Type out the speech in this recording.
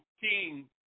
King